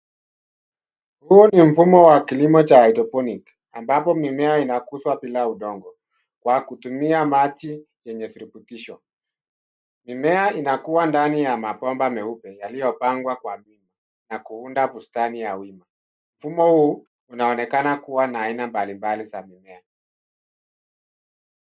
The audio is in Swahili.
Huu ni mfumo wa kilimo cha hydroponic . Ambapo mimea inakuzwa bila udongo, kwa kutumia maji yenye virutubisho, mimea inakua ndani ya mabomba meupe, yaliyopangwa na kuunda bustani ya wima. Mfumo huu, unaonekana kuwa na aina mbalimbali za mimea.